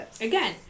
Again